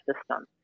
system